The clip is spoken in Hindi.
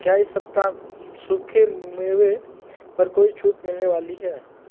क्या इस सप्ताह सूखे मेवों पर कोई छूट मिलने वाली है